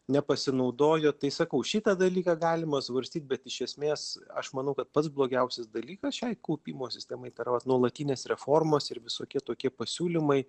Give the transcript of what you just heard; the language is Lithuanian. nepasinaudojo tai sakau šitą dalyką galima svarstyt bet iš esmės aš manau kad pats blogiausias dalykas šiai kaupimo sistemai tai yra vat nuolatinės reformos ir visokie tokie pasiūlymai